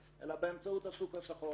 אלא באמצעות השוק השחור,